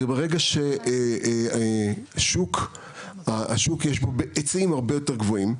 ברגע שהשוק יש בו עצים הרבה יותר גבוהים,